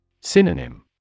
Synonym